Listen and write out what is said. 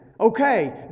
okay